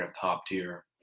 top-tier